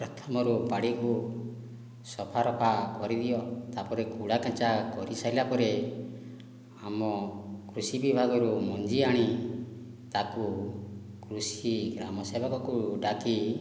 ପ୍ରଥମରୁ ବାଡ଼ିକୁ ସଫାରଫା କରିଦିଅ ତା' ପରେ ଖୋଳାକେଞ୍ଚା କରିସାରିଲା ପରେ ଆମ କୃଷି ବିଭାଗରୁ ମଞ୍ଜି ଆଣି ତାକୁ କୃଷି ଗ୍ରାମ ସେବକକୁ ଡାକି